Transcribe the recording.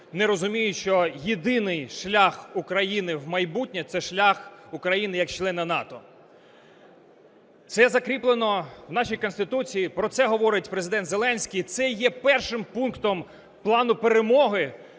не розуміють, що єдиний шлях України в майбутнє – це шлях України як члена НАТО. Це закріплено в нашій Конституції, про це говорить Президент Зеленський, це є першим пунктом Плану перемоги,